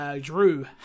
Drew